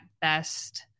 best